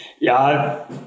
Ja